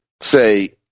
say